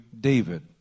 David